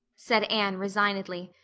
said anne resignedly.